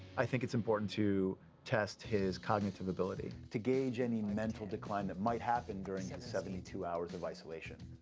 i think it's important to test his cognitive ability to gauge any mental decline that might happen during his seventy two hours of isolation.